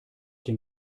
den